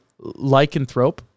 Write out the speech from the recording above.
lycanthrope